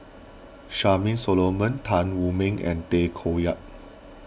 Charmaine Solomon Tan Wu Meng and Tay Koh Yat